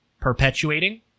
perpetuating